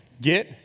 Get